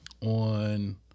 on